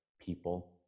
people